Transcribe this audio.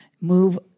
move